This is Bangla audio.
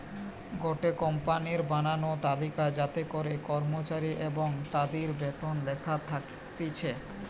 গটে কোম্পানির বানানো তালিকা যাতে করে কর্মচারী এবং তাদির বেতন লেখা থাকতিছে